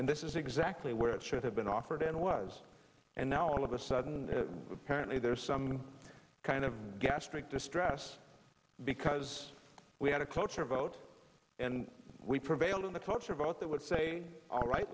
and this is exactly where it should have been offered and was and now all of a sudden apparently there's some kind of gastric disc dress because we had a cloture vote and we prevailed on the torture vote that would say all right